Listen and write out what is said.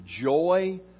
joy